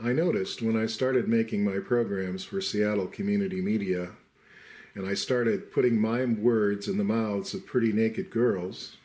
i noticed when i started making my programs for seattle community media and i started putting my and words in the mouths of pretty naked girls